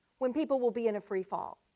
when people will be in a free fall.